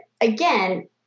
again